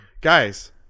guys